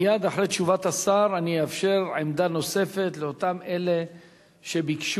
מייד אחרי תשובת השר אני אאפשר עמדה נוספת לאלה שביקשו.